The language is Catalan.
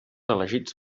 elegits